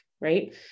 Right